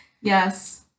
Yes